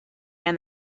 and